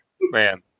Man